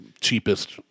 cheapest